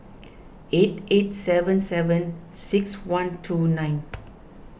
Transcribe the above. eight eight seven seven six one two nine